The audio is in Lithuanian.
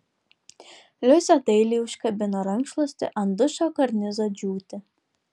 liusė dailiai užkabino rankšluostį ant dušo karnizo džiūti